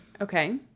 Okay